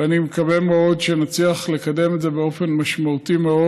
ואני מקווה מאוד שנצליח לקדם את זה באופן משמעותי מאוד.